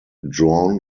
drawn